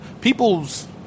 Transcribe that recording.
people's